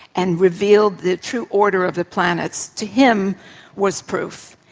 and revealed the true order of the planets to him was proof.